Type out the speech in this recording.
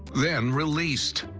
then released.